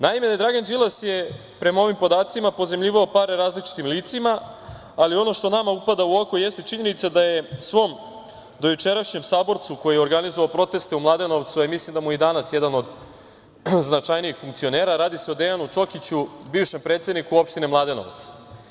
Naime, Dragan Đilas je prema ovim podacima pozajmljivao pare različitim licima, ali ono što nama upada u oko, jeste činjenica da je svom dojučerašnjem saborcu, koji je organizovao proteste u Mladenovcu, a mislim da mu je i danas jedan od značajnijih funkcionera, radi se o Dejanu Čokiću, bivšem predsedniku opštine Mladenovac.